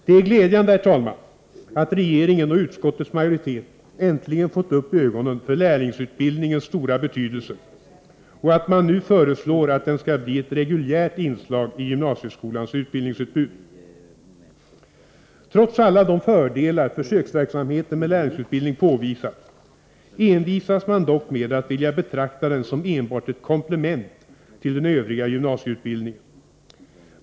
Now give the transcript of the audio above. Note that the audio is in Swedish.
Det är glädjande, herr talman, att regeringen och utskottets majoritet äntligen fått upp ögonen för lärlingsutbildningens stora betydelse och att man nu föreslår att den skall bli ett reguljärt inslag i gymnasieskolans utbildningsutbud. Trots alla de fördelar försöksverksamheten med lärlingsutbildning påvisat envisas man dock med att vilja betrakta den som enbart ett komplement till den övriga gymnasieutbildningen.